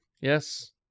Yes